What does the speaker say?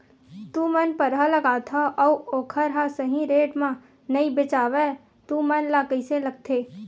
तू मन परहा लगाथव अउ ओखर हा सही रेट मा नई बेचवाए तू मन ला कइसे लगथे?